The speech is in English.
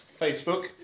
Facebook